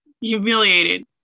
Humiliated